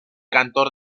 cantor